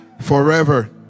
forever